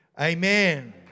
Amen